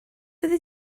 fyddi